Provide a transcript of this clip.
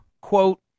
quote